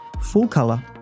full-color